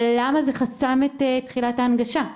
אבל למה זה חסם את תחילת ההנגשה?